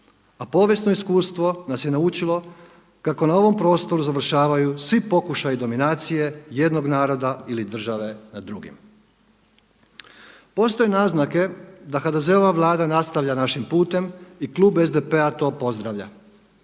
a povijesno iskustvo nas je naučilo kako na ovom prostoru završavaju svi pokušaji dominacije jednog naroda ili države nad drugim. Postoje naznake da HDZ-ova vlada nastavlja našim putem i klub SDP-a to pozdravlja.